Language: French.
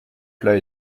plats